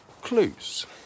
clues